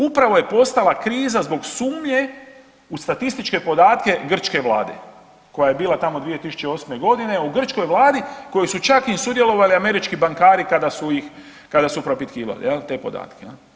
Upravo je postala krize zbog sumnje u statističke podatke grčke vlade koja je bila tamo 2008. godine u grčkoj vladi, koji su čak im sudjelovali američki bankari kada su ih propitkivali te podatke.